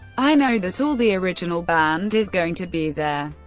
i know that all the original band is going to be there.